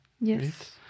Yes